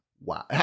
Wow